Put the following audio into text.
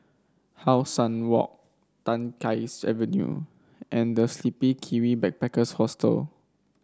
How Sun Walk Tai Keng Avenue and The Sleepy Kiwi Backpackers Hostel